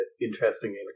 interesting